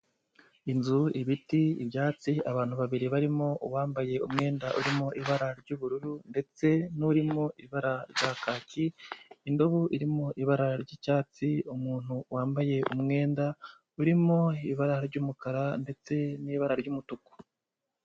Inzu, ibiti, ibyatsi, abantu babiri barimo uwambaye umwenda urimo ibara ry'ubururu, ndetse n'urimo ibara rya kaki, indobo irimo ibara ry'icyatsi, umuntu wambaye umwenda urimo ibara ry'umukara, ndetse n'ibara ry'umutuku.